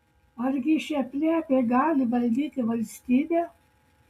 argi šitie plepiai gali valdyti valstybę